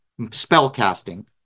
spellcasting